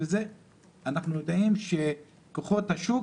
אז אנחנו יודעים שכוחות השוק